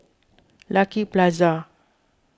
Lucky Plaza